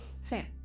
Sam